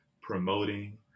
promoting